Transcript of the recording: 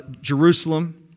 Jerusalem